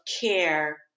care